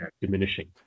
diminishing